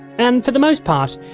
and for the most part,